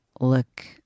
look